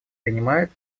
принимает